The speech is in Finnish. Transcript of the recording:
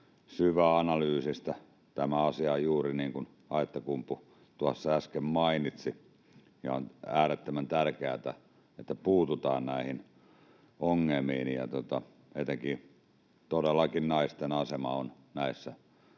syväanalyysistä. Tämä asia on juuri niin kuin Aittakumpu tuossa äsken mainitsi, ja on äärettömän tärkeätä, että puututaan näihin ongelmiin. Todellakin etenkin naisten asema on näissä tilanteissa